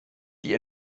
die